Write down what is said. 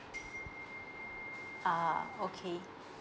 ah okay